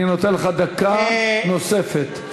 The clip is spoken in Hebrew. אני נותן לך דקה נוספת, ואתה תסיים.